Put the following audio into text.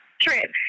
trip